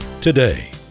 today